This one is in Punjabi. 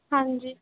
ਹਾਂਜੀ